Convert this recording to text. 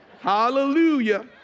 Hallelujah